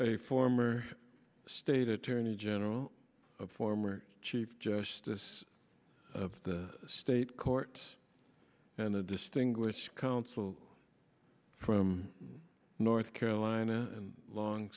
a former state attorney general a former chief justice of the state court and a distinguished counsel from north carolina and long